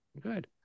good